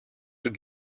του